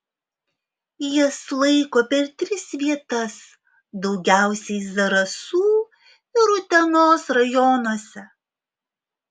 jas laiko per tris vietas daugiausiai zarasų ir utenos rajonuose